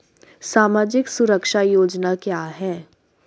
सामाजिक सुरक्षा योजना क्या है?